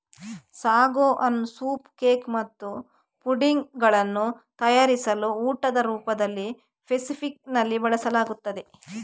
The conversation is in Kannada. ಸಾಗೋ ಅನ್ನು ಸೂಪ್ ಕೇಕ್ ಮತ್ತು ಪುಡಿಂಗ್ ಗಳನ್ನು ತಯಾರಿಸಲು ಊಟದ ರೂಪದಲ್ಲಿ ಫೆಸಿಫಿಕ್ ನಲ್ಲಿ ಬಳಸಲಾಗುತ್ತದೆ